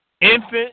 Infant